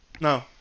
No